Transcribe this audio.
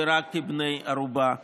ורק כבני ערובה שלו.